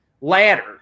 ladder